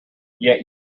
yet